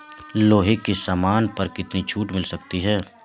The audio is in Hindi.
लोहे के सामान पर कितनी छूट मिल सकती है